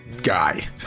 guy